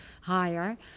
higher